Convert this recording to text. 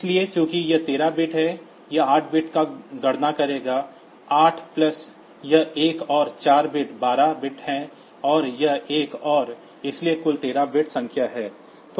इसलिए चूंकि यह 13 बिट है ये 8 बिट का गठन करेंगे 8 प्लस यह एक और 4 बिट 12 बिट है और यह 1 है इसलिए कुल संख्या 13 बिट संख्या है